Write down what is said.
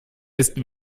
ist